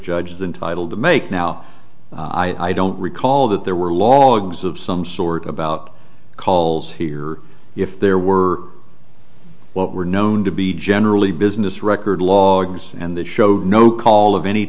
judges entitle to make now i don't recall that there were logs of some sort about calls here if there were what were known to be generally business record lawyers and that showed no call of any